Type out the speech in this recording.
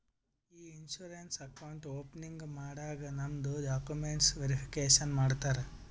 E insurance account opening ಮಾಡಾಗ್ ನಮ್ದು documents verification ಮಾಡ್ತಾರ